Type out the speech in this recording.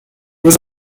was